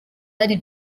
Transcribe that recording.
hari